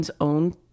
own